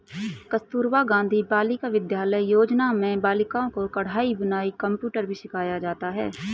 कस्तूरबा गाँधी बालिका विद्यालय योजना में बालिकाओं को कढ़ाई बुनाई कंप्यूटर भी सिखाया जाता है